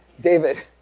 David